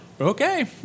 okay